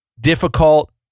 Difficult